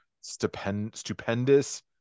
stupendous